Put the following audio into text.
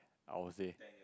I will say